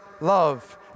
love